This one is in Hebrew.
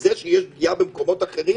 וזה שיש פגיעה במקומות אחרים,